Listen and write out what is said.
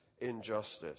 injustice